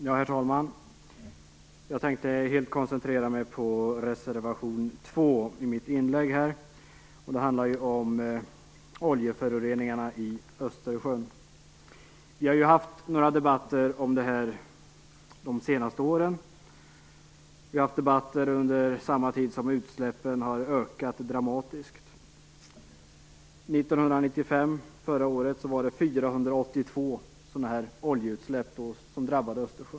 Herr talman! Jag tänker helt koncentrera mig på reservation 2 i mitt inlägg. Den handlar ju om oljeföroreningarna i Östersjön. Vi har haft några debatter om det här de senaste åren. Vi har haft debatter, och under samma tid har utsläppen ökat dramatiskt. 1995, förra året, var det 482 oljeutsläpp som drabbade Östersjön.